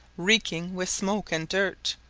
reeking with smoke and dirt,